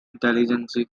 intelligence